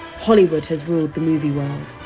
hollywood has ruled the movie world,